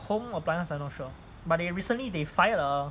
home appliance I'm not sure but they recently they fired a